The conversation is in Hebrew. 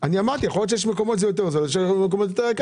אמרתי שיכול להיות שיש מקומות שזה יותר זול ויש מקומות שזה יותר יקר.